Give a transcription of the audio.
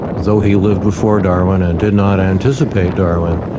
though he lived before darwin and did not anticipate darwin,